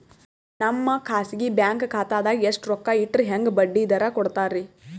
ನಮ್ಮ ಖಾಸಗಿ ಬ್ಯಾಂಕ್ ಖಾತಾದಾಗ ಎಷ್ಟ ರೊಕ್ಕ ಇಟ್ಟರ ಹೆಂಗ ಬಡ್ಡಿ ದರ ಕೂಡತಾರಿ?